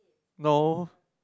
no